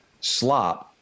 slop